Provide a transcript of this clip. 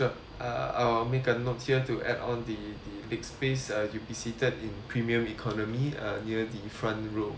uh I will make a note here to add on the the big space uh you be seated in premium economy uh near the front row